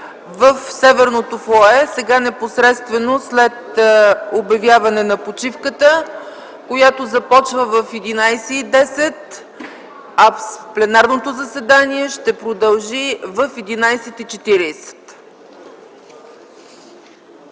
в северното фоайе, непосредствено след обявяване на почивката, която започва в 11,10 ч., а пленарното заседание ще продължи в 11,40